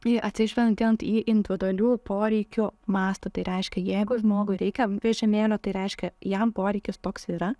jį atsižvelgiant į individualių poreikių mastą tai reiškia jeigu žmogui reikia vežimėlio tai reiškia jam poreikis toks yra